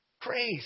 Grace